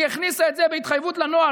היא הכניסה את זה בהתחייבות לנוהל.